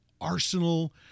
arsenal